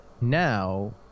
Now